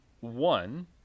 one